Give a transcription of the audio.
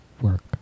work